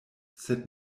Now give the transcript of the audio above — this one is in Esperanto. sed